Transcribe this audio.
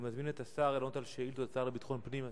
אני מזמין את השר לביטחון פנים,